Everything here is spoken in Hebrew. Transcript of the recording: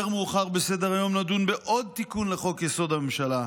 יותר מאוחר בסדר-היום נדון בעוד תיקון לחוק-יסוד: הממשלה,